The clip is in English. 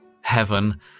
heaven